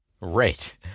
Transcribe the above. Right